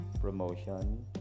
promotion